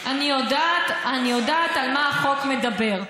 אני יודעת על מה החוק מדבר.